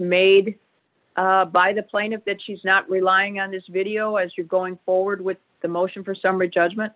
made by the plaintiff that she's not relying on this video as you're going forward with the motion for summary judgment